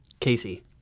Casey